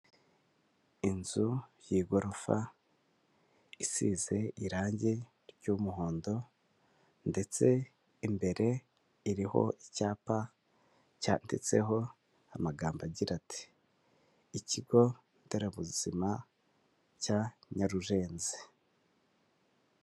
Inzu y'igorofa isize irangi ry'umuhondo ndetse imbere iriho icyapa cyanditseho amagambo agira ati '' ikigo nderabuzima cya Nyarurenzi. ''